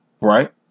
Right